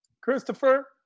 Christopher